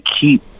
keep